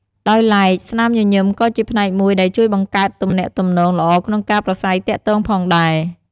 ដោយឡែក ស្នាមញញឹមក៏ជាផ្នែកមួយដែលជួយបង្កើតទំនាក់ទំនងល្អក្នុងការប្រាស្រ័យទាក់ទងផងដែរ។